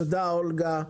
תודה, אולגה.